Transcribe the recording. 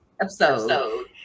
episode